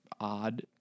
odd